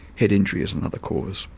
head injury is another cause.